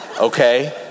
okay